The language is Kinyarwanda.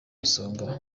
isonga